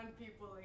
people